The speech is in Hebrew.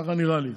כך נראה לי.